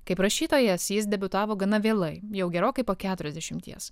kaip rašytojas jis debiutavo gana vėlai jau gerokai po keturiasdešimties